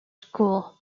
school